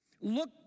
look